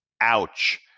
Ouch